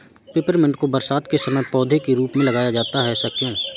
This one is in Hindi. पेपरमिंट को बरसात के समय पौधे के रूप में लगाया जाता है ऐसा क्यो?